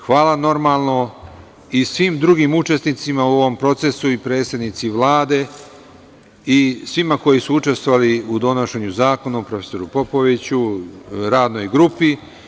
Hvala, normalno, i svim drugim učesnicima u ovom procesu i predsednici Vlade i svima koji su učestvovali u donošenju zakona, prof. Popoviću, radnoj grupi.